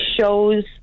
shows